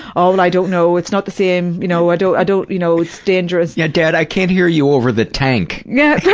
oh, and i don't know, it's not the same, you know i don't i don't you know, it's so dangerous. yeah dad, i can't hear you over the tank. yeah,